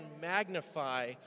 magnify